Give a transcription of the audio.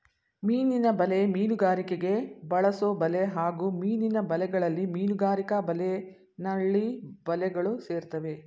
ಮೀನಿನ ಬಲೆ ಮೀನುಗಾರಿಕೆಗೆ ಬಳಸೊಬಲೆ ಹಾಗೂ ಮೀನಿನ ಬಲೆಗಳಲ್ಲಿ ಮೀನುಗಾರಿಕಾ ಬಲೆ ನಳ್ಳಿ ಬಲೆಗಳು ಸೇರ್ತವೆ